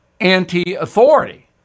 anti-authority